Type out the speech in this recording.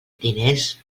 diners